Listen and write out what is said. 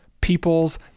peoples